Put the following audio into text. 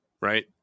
right